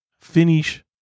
finish